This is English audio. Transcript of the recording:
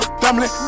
family